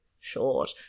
short